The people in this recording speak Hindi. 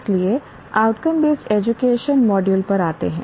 इसलिए आउटकम बेस्ड एजुकेशन मॉड्यूल पर आते हैं